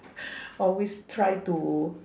always try to